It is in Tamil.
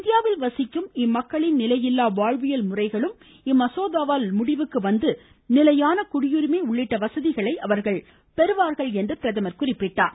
இந்தியாவில் வசிக்கும் இஸ்லாமியர்களின் நிலையில்லா வாழ்வியல் முறைகளும் இம்மசோதாவால் முடிவுக்கு வந்து நிலையான குடியுரிமை உள்ளிட்ட வசதிகளை அவர்கள் பெறுவார்கள் என்றும் பிரதமர் குறிப்பிட்டார்